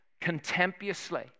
contemptuously